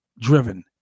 driven